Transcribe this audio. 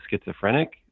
schizophrenic